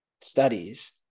studies